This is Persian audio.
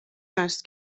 است